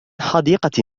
حديقة